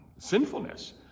Sinfulness